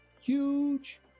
huge